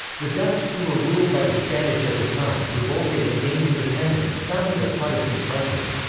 the dutch, who were ruled by the spanish at the time, revolted and gained independence, founding a protestant country.